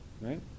right